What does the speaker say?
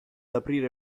aprire